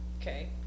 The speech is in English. okay